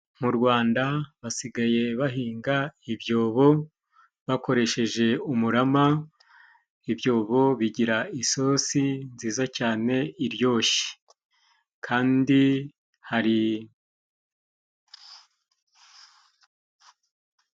Mu Rwanda basigaye bahinga ibyobo bakoresheje umurama. Ibyobo bigira isosi nziza cyane iryoshye kandi hari.